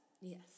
Yes